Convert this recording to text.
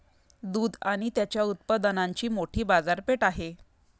दूध आणि त्याच्या उत्पादनांची मोठी बाजारपेठ आहे